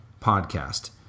podcast